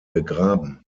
begraben